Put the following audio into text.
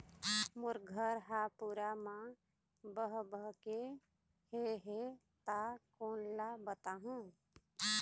मोर घर हा पूरा मा बह बह गे हे हे ता कोन ला बताहुं?